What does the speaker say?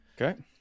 Okay